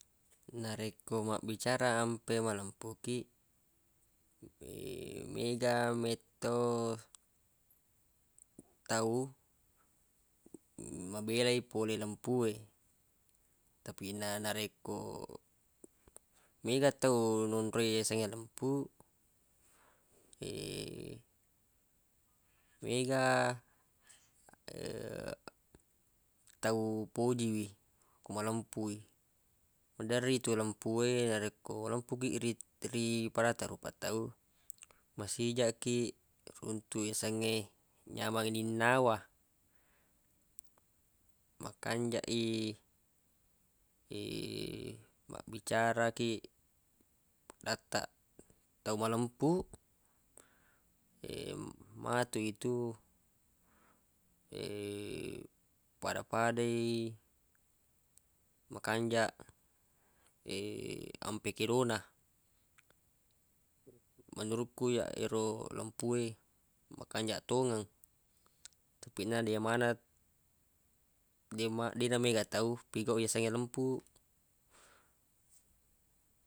Narekko mabbicara ampe malempu kiq mega metto tau mabelai polei lempu e tapi na narekko mega tau nonroi yasengnge alempu mega tau pojiwi ko malempui maderri to lempu e narekko malempu kiq ri- ri padattaq rupa tau masijaq kiq runtuq yasengnge nyameng ininnawa makanjaq i mabbicara kiq padattaq tau malempu matu itu pada-pada i makanjaq ampe kedona menurukku iyyaq ero lempu e makanjaq tongeng tapi na deq maneng deq ma- deq namega tau pigau i yasengnge lempu.